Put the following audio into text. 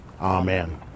Amen